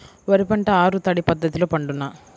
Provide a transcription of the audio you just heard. వరి పంట ఆరు తడి పద్ధతిలో పండునా?